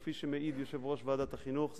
כפי שמעיד יושב-ראש ועדת החינוך.